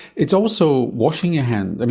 it's also washing your hands.